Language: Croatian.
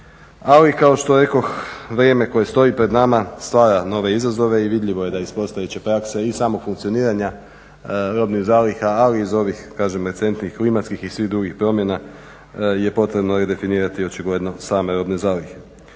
Ali kao što rekoh vrijeme koje stoji pred nama stvara nove izazove i vidljivo je da iz postojeće prakse i samog funkcioniranja robnih zaliha, ali i iz ovih kažem recentnih klimatskih i svih drugih promjena je potrebno i definirati očigledno same robne zalihe.